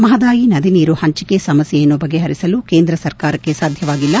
ಮಹದಾಯಿ ನದಿನೀರು ಹಂಚಿಕೆ ಸಮಸ್ಥೆಯನ್ನು ಬಗೆಹರಿಸಲು ಕೇಂದ್ರ ಸರ್ಕಾರಕ್ಕೆ ಸಾಧ್ಯವಾಗಿಲ್ಲ